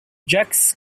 jacques